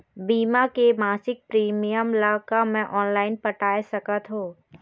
बीमा के मासिक प्रीमियम ला का मैं ऑनलाइन पटाए सकत हो?